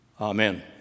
amen